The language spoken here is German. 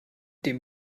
dem